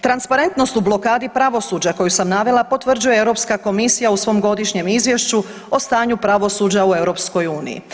Transparentnost u blokadi pravosuđa koju sam navela potvrđuje Europska komisija u svom godišnjem izvješću o stanju pravosuđa u Europskoj uniji.